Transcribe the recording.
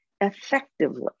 effectively